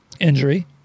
injury